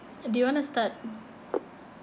do you want to start